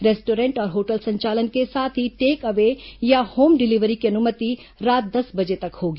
restaurant और hotel संचालन के साथ ही टेक अवे या होम डिलीवरी की अनुमति रात दस बजे तक होगी